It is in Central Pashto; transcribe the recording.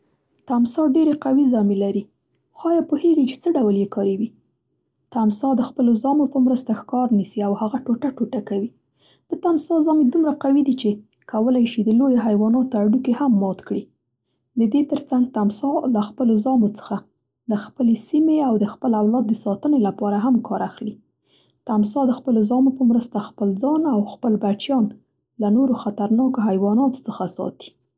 تمساح ډېرې قوي زامې لري، خو آیا پوهېږئ چې څه ډول یې کاروي؟ تمساح د خپلو زامو په مرسته ښکار نیسي او هغه ټوټه ټوټه کوي. د تمساح زامې دومره قوي دي، چې کولی شي د لویو حیواناتو هډوکي هم مات کړي. د دې ترڅنګ تمساح له خپلو زامو څخه د خپلې سیمې او د خپل اولاد د ساتنې لپاره هم کار اخلي. تمساح د خپلو زامو په مرسته خپل ځان او خپل بچیان له نورو خطرناکو حیواناتو څخه ساتي.